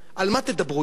על מה תדברו אתו?